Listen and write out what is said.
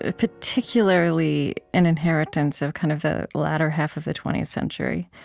ah particularly, an inheritance of kind of the latter half of the twentieth century.